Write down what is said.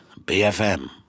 BFM